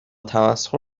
تمسخر